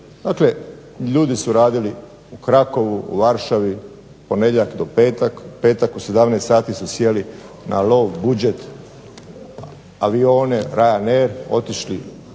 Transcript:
Dakle ljudi su radili u Krakowu, u Varšavi, ponedjeljak do petak, petak u 17 sati su sjeli na low budžet avione …/Govornik se